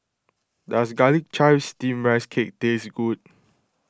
does Garlic Chives Steamed Rice Cake taste good